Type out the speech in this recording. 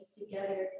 together